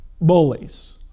bullies